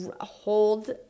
hold